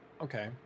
Okay